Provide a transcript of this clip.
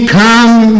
come